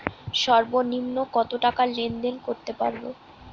সর্বনিম্ন কত টাকা লেনদেন করতে পারবো?